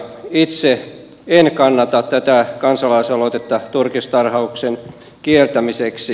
itse en kannata tätä kansalaisaloitetta turkistarhauksen kieltämiseksi